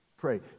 Pray